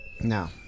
No